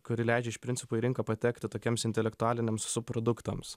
kuri leidžia iš principo į rinką patekti tokiems intelektualiniams suproduktams